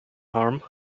harm